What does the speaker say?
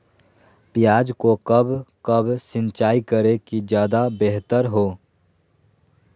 प्याज को कब कब सिंचाई करे कि ज्यादा व्यहतर हहो?